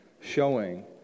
showing